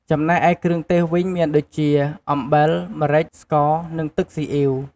ចំណែកឯគ្រឿងទេសវិញមានដូចជា អំបិល ម្រេច ស្ករ និងទឹកស៊ីអ៉ីវ។